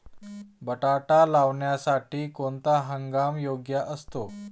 बटाटा लावण्यासाठी कोणता हंगाम योग्य असतो?